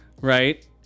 right